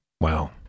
Wow